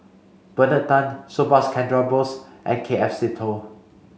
Bernard Tan Subhas Chandra Bose and K F Seetoh